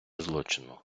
злочину